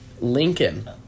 Lincoln